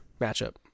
matchup